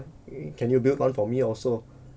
can you build one for me also